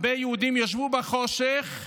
הרבה יהודים ישבו בחושך,